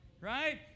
Right